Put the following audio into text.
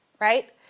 right